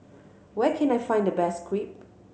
where can I find the best Crepe